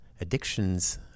addictions